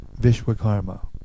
Vishwakarma